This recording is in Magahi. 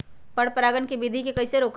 पर परागण केबिधी कईसे रोकब?